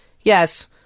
yes